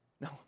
No